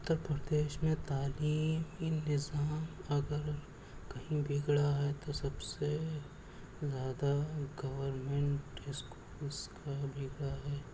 اترپردیش میں تعلیمی نظام اگر کہیں بگڑا ہے تو سب سے زیادہ گورمنٹ اسکولس کا بگڑا ہے